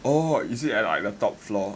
oh is it like at the top floor